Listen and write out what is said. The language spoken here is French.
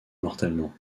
mortellement